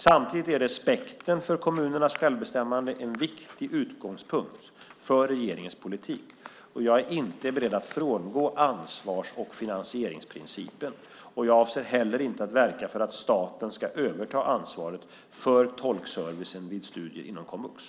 Samtidigt är respekten för kommunernas självbestämmande en viktig utgångspunkt för regeringens politik. Jag är inte beredd att frångå ansvars och finansieringsprincipen. Jag avser heller inte att verka för att staten ska överta ansvaret för tolkservicen vid studier inom komvux.